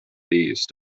these